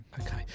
Okay